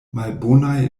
malbonaj